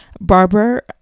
Barber